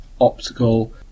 optical